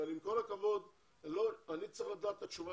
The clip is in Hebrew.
בעניין הזה אני צריך לדעת את התשובה